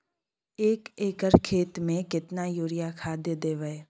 एक एकर खेत मे केतना यूरिया खाद दैबे?